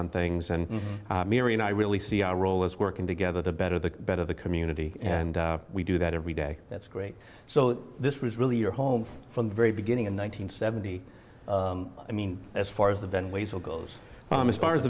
on things and mary and i really see our role as working together the better the better the community and we do that every day that's great so this was really your home from the very beginning in one nine hundred seventy i mean as far as the benway still goes as far as